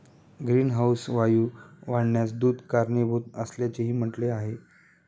greenhouse वायू वाढण्यास दूध कारणीभूत असल्याचेही म्हटले आहे